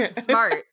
smart